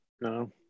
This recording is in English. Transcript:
No